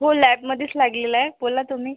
हो लॅबमध्येच लागलेला आहे बोला तुम्ही